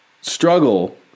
struggle